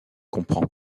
comprend